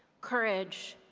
courage,